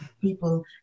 people